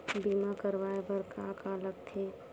बीमा करवाय बर का का लगथे?